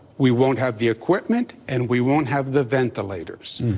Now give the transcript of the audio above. we won't have the equipment and we won't have the ventilators.